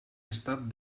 estat